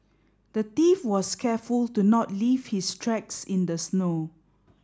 the thief was careful to not leave his tracks in the snow